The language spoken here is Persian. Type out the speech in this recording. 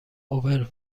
اوبر